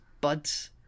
buds